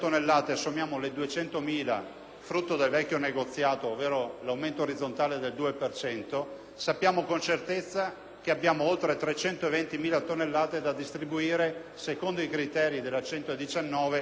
frutto delle vecchio negoziato (ovvero l'aumento orizzontale del 2 per cento), sappiamo con certezza che abbiamo oltre 320.000 tonnellate da distribuire secondo i criteri della legge n. 119 del 2003 per nuove mungiture.